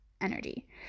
energy